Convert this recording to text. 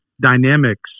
dynamics